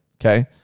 okay